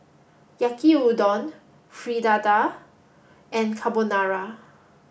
Yaki Udon Fritada and Carbonara